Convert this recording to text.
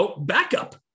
backup